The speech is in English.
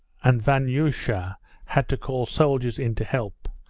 and vanyusha had to call soldiers in to help,